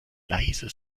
leise